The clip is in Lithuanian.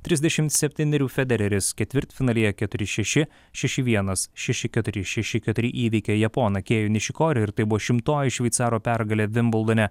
trisdešimt septynerių federeris ketvirtfinalyje keturi šeši šeši vienas šeši keturi šeši keturi įveikė japoną kėjų nišikorį ir tai buvo šimtoji šveicaro pergalė vimbuldone